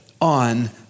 on